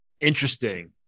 Interesting